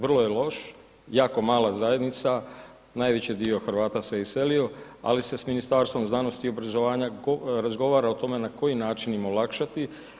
Vrlo je loš, jako mala zajednica, najveći dio Hrvata se iselio, ali se s Ministarstvom znanosti i obrazovanja razgovara o tome na koji način im olakšati.